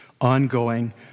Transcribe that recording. ongoing